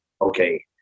okay